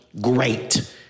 great